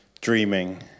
dreaming